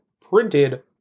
printed